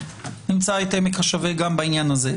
נמצא את העמק השווה גם בעניין הזה.